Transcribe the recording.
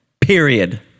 Period